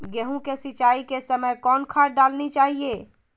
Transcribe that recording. गेंहू के सिंचाई के समय कौन खाद डालनी चाइये?